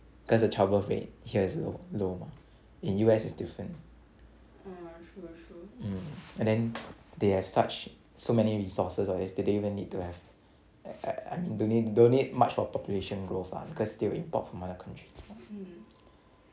cause the childbirth rate here is low low mah in U_S is different mm and then they have such so many resources even need to have I I mean don't need don't need much of population growth ah because they will import from other countries